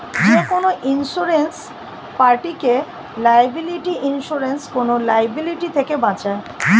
যেকোনো ইন্সুরেন্স পার্টিকে liability insurance কোন লায়াবিলিটি থেকে বাঁচায়